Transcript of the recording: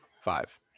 five